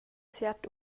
siat